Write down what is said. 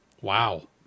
Wow